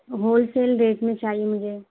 whole cell rate میں چاہیے مجھے